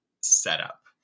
setup